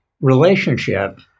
relationship